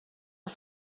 els